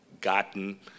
gotten